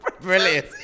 brilliant